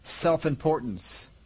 self-importance